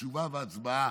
תשובה והצבעה